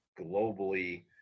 globally